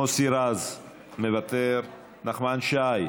מוסי רז, מוותר, נחמן שי,